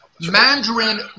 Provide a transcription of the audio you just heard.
Mandarin